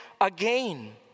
again